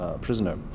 prisoner